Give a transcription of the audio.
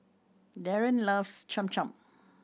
Darron loves Cham Cham